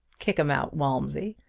kick em out, walmsley,